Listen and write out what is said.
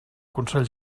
consell